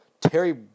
Terry